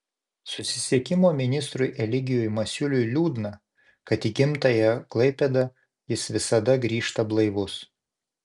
susisiekimo ministrui eligijui masiuliui liūdna kad į gimtąją klaipėdą jis visada grįžta blaivus